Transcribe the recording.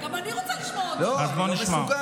גם אני רוצה לשמוע אותו, אז בואו נשמע.